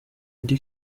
eddy